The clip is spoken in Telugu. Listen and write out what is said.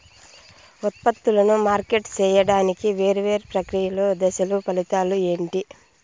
ఉత్పత్తులను మార్కెట్ సేయడానికి వేరువేరు ప్రక్రియలు దశలు ఫలితాలు ఏంటి?